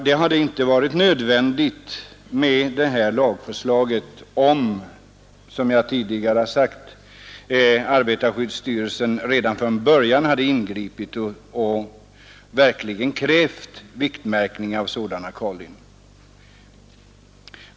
Det hade inte varit nödvändigt med detta lagförslag, om — som jag tidigare har sagt — arbetarskyddsstyrelsen redan från början ingripit och verkligen krävt viktmärkning av sådana kollin.